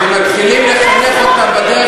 ולכן, אם אתם מחנכים אותם בדרך